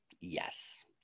Yes